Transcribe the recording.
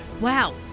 wow